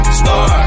star